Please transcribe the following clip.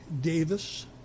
Davis